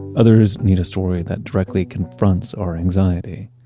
others need a story that directly confronts our anxiety.